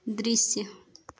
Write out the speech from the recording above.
दृश्य